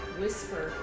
whisper